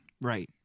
Right